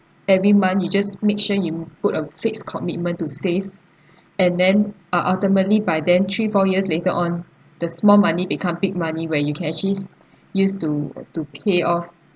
every month you just make sure you put a fixed commitment to save and then ah ultimately by then three four years later on the small money become big money where you can actually s~ use to uh to pay off